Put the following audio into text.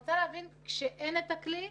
כשאין את הכלי,